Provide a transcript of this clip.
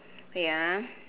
wait ah